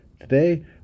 today